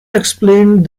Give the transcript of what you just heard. explained